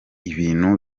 ibintu